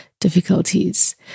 difficulties